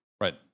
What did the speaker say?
Right